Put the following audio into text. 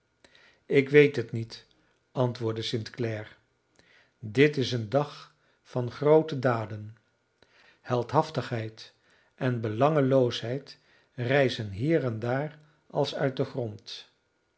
ik weet het niet antwoordde st clare dit is een dag van groote daden heldhaftigheid en belangeloosheid rijzen hier en daar als uit den grond